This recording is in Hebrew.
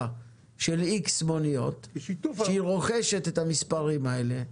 של איקס מוניות כשהיא רוכשת את המספרים האלה,